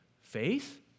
Faith